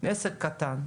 עסק קטן.